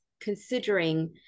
considering